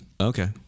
Okay